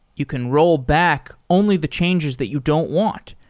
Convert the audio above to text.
you can rollback only the changes that you don't want,